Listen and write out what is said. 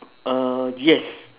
uh yes